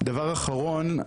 דבר אחרון,